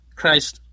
Christ